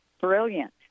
brilliant